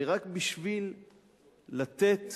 רק בשביל לתת